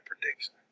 prediction